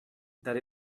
that